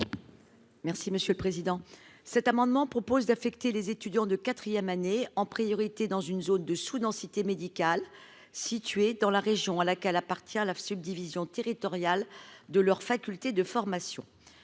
Merci monsieur le président, cet amendement propose d'affecter les étudiants de 4ème année en priorité dans une zone de sous-densité médicale situé dans la région à laquelle appartient la subdivision territoriale de leur faculté de formation,